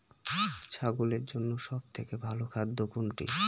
ছাগলের জন্য সব থেকে ভালো খাদ্য কোনটি?